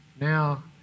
Now